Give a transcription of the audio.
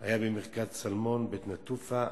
היה במרכז "צלמון" בבית-נטופה.